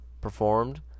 Performed